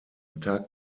tag